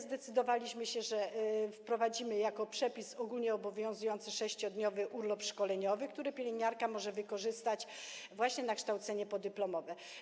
Zdecydowaliśmy się, że wprowadzimy jako przepis ogólnie obowiązujący 6-dniowy urlop szkoleniowy, który pielęgniarka może wykorzystać właśnie na kształcenie podyplomowe.